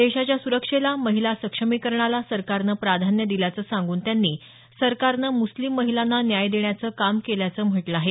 देशाच्या सुरक्षेला महिला सक्षमीकरणाला सरकारनं प्राधान्य दिल्याचं सांगून त्यांनी सरकारनं मुस्लिम महिलांना न्याय देण्याचं काम केल्याचं म्हटलं आहे